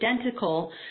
identical